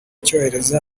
cyohereje